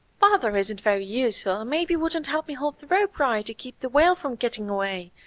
father isn't very useful and maybe wouldn't help me hold the rope right to keep the whale from gitting away.